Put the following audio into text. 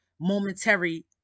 momentary